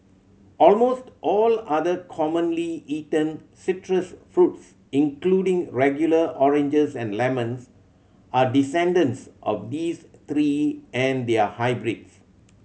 almost all other commonly eaten citrus fruits including regular oranges and lemons are descendants of these three and their hybrids